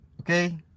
okay